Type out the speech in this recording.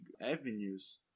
avenues